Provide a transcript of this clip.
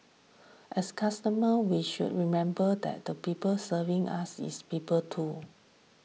as customer we should remember that the people serving us is people too